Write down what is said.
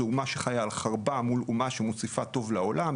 זו אומה שחיה על חרבה מול אומה שמוסיפה טוב לעולם.